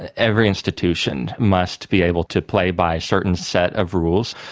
every institution must be able to play by a certain set of rules,